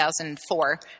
2004